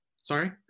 Sorry